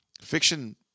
fiction